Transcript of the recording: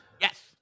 yes